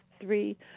three